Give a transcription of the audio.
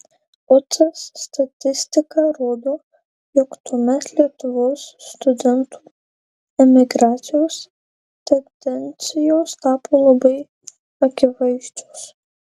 ucas statistika rodo jog tuomet lietuvos studentų emigracijos tendencijos tapo labai akivaizdžios